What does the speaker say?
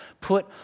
put